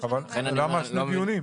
למה צריך שני דיונים?